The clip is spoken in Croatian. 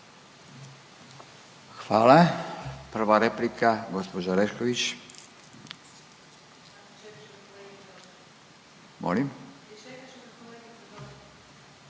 Hvala. Prva replika gospođa Orešković. Molim?